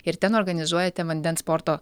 ir ten organizuojate vandens sporto